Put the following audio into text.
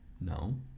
No